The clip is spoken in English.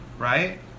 Right